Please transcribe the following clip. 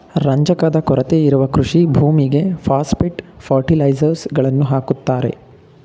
ರಂಜಕದ ಕೊರತೆ ಇರುವ ಕೃಷಿ ಭೂಮಿಗೆ ಪಾಸ್ಪೆಟ್ ಫರ್ಟಿಲೈಸರ್ಸ್ ಗಳನ್ನು ಹಾಕುತ್ತಾರೆ